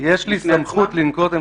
יש לי סמכות לנקוט אמצעים.